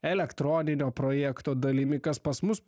elektroninio projekto dalimi kas pas mus